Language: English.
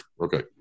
Okay